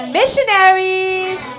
missionaries